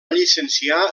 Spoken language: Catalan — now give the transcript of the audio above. llicenciar